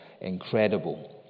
incredible